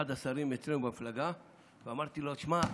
לאחד השרים אצלנו במפלגה ואמרתי לו: תשמע,